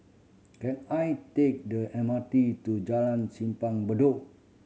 can I take the M R T to Jalan Simpang Bedok